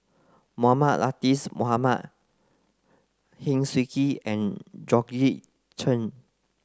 Mohamed Latiff Mohamed Heng Swee Keat and Georgette Chen